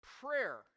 prayer